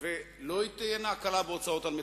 עניין ורצון להגיע לקץ הסכסוך עם ישראל".